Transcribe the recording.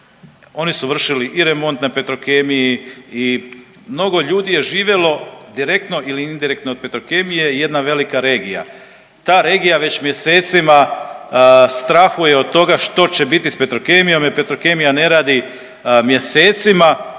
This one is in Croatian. oni su vršili i remont na Petrokemiji i mnogo ljudi je živjelo direktno ili indirektno od Petrokemije i jedna velika regija. Ta regija već mjesecima strahuje od toga što će biti s Petrokemijom jer Petrokemija ne radi mjesecima